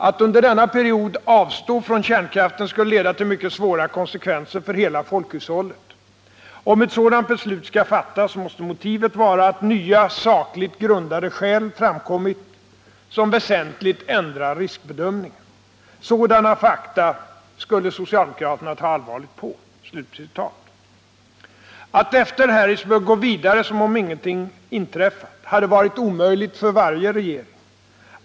Att under denna period avstå från kärnkraften skulle leda till mycket svåra konsekvenser för hela folkhushållet. Om ett sådant beslut skall fattas, måste motivet vara att nya, sakligt grundade skäl framkommit som väsentligt ändrar riskbedömningen. Sådana fakta skulle socialdemokraterna ta allvarligt på.” Att efter Harrisburg gå vidare som om ingenting inträffat hade varit omöjligt för varje regering.